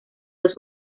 los